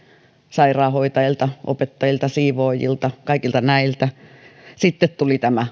sairaanhoitajilta opettajilta siivoojilta kaikilta näiltä sitten tuli tämä